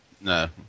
No